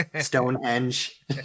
Stonehenge